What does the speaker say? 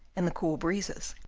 and the cool breezes.